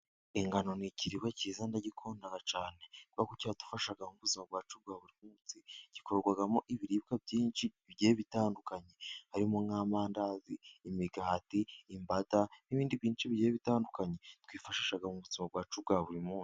Ingano ni ikiribwa cyiza ndagikunda cyane, kuko cyiradufasha mu buzima bwacu bwa buri munsi. Gikorwarwamo ibiribwa byinshi bigiye bitandukanye harimo nk'amandazi, imigati, imbada n'ibindi byinshi bigiye bitandukanye twifashisha mu buzima bwacu bwa buri munsi.